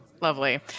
lovely